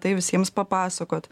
tai visiems papasakot